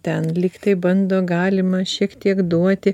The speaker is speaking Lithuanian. ten lyg tai bando galima šiek tiek duoti